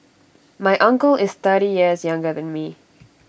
my uncle is thirty years younger than me